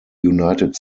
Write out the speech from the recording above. united